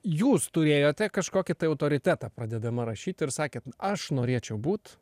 jūs turėjote kažkokį autoritetą pradedama rašyti ir sakėt aš norėčiau būt